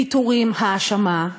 פיטורים, האשמה,